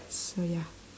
so ya